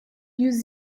yüz